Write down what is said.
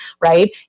right